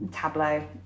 tableau